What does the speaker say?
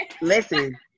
Listen